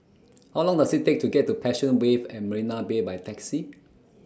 How Long Does IT Take to get to Passion Wave At Marina Bay By Taxi